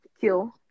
kill